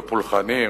ופולחנים,